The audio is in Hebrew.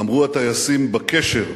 אמרו הטייסים בקשר: